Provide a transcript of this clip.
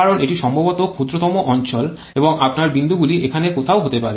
কারণ এটি সম্ভাব্যতম ক্ষুদ্রতম অঞ্চল এবং আপনার বিন্দুগুলিএখানে কোথাও হতে পারে